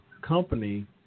company